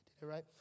Right